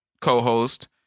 Co-host